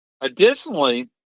additionally